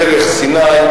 דרך סיני,